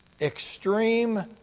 extreme